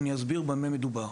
אני אסביר במה מדובר: